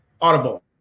Audible